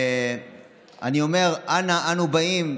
אני אומר: אנה אנו באים?